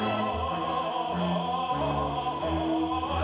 oh